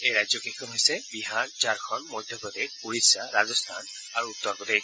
এই ৰাজ্যকেইখন হৈছে বিহাৰ ঝাৰখণ্ড মধ্যপ্ৰদেশ ওডিশ্যা ৰাজস্থান আৰু উত্তৰপ্ৰদেশ